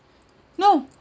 no